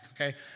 okay